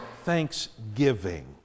thanksgiving